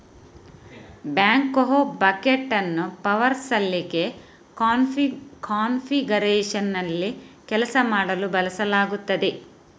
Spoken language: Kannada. ಬ್ಯಾಕ್ಹೋ ಬಕೆಟ್ ಅನ್ನು ಪವರ್ ಸಲಿಕೆ ಕಾನ್ಫಿಗರೇಶನ್ನಲ್ಲಿ ಕೆಲಸ ಮಾಡಲು ಬಳಸಲಾಗುತ್ತದೆ